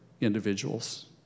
individuals